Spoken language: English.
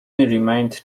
remained